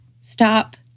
Stop